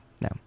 no